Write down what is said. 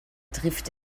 trifft